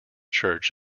church